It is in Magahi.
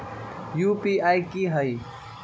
यू.पी.आई की होई?